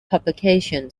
publication